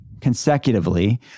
consecutively